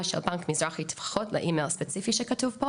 בבנק מזרחי טפחות למייל הספציפי שכתוב.